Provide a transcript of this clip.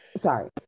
Sorry